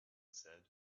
said